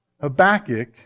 Habakkuk